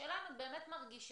השאלה אם את באמת מרגישה,